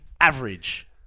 average